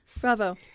Bravo